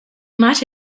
might